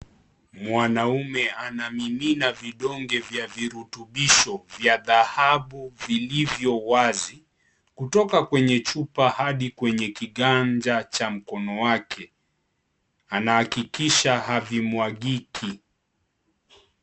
Mwanaume anamimina vidonge vya virutubisho vya dhahabu vilivyo wazi, kutoka kwenye chupa hadi kiganja cha mkono wake. Anahakikisha havimwagiki.